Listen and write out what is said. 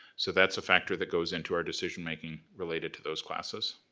so that's a factor that goes into our decision-making related to those classes.